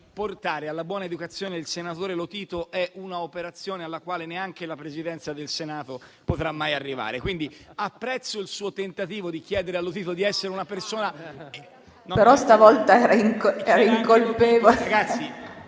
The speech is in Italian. portare alla buona educazione il senatore Lotito è un'operazione alla quale neanche la Presidenza del Senato potrà mai arrivare. Quindi apprezzo il suo tentativo di chiedere a Lotito di essere una persona… PRESIDENTE. Però stavolta è incolpevole.